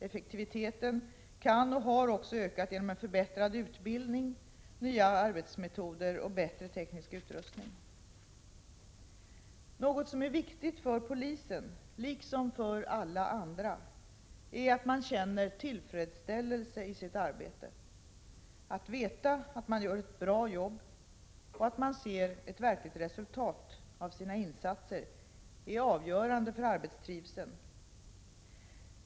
Effektiviteten kan öka, och har också ökat, genom en förbättrad utbildning, nya arbetsmetoder och bättre teknisk utrustning. Något som är viktigt för polisen, liksom för alla andra, är att man känner tillfredsställelse i sitt arbete. Att veta att man gör ett bra jobb och att man ser ett verkligt resultat av sina insatser är avgörande för arbetstrivseln.